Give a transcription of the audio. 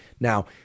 Now